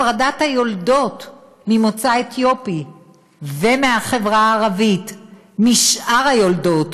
הפרדת היולדות ממוצא אתיופי ומהחברה הערבית משאר היולדות